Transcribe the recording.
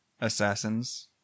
assassins